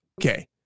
Okay